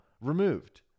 removed